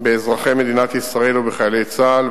באזרחי מדינת ישראל ובחיילי צה"ל,